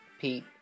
Pete